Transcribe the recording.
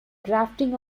drafting